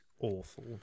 awful